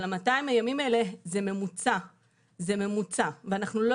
אבל 200 הימים האלה זה ממוצע ואנחנו לא